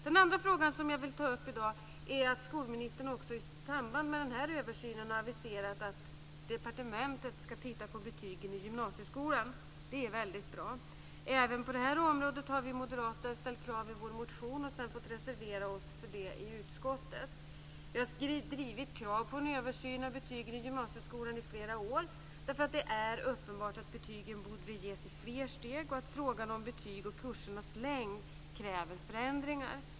Den andra frågan som jag vill ta upp i dag är att skolministern i samband med den här översynen också har aviserat att departementet ska titta på betygen i gymnasieskolan, och det är väldigt bra. Även på det här området har vi moderater ställt krav i vår motion och sedan reserverat oss för dem i utskottet. Vi har drivit kravet på en översyn av betygen i gymnasieskolan under flera år. Det är uppenbart att betyg borde ges i fler steg och att frågan om betyg och kursernas längd kräver förändringar.